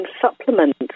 supplement